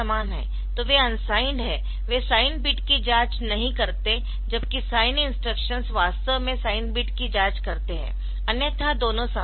तो वे अनसाइंड है वे साइन बीट की जांच नहीं करते जबकि साइंड इंस्ट्रक्शंस वास्तव में साइन बिट की जांच करते है अन्यथा दोनों समान है